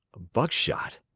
buckshot!